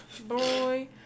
Boy